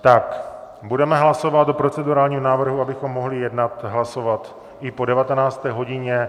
Tak, budeme hlasovat o procedurálním návrhu, abychom mohli jednat a hlasovat i po 19. hodině.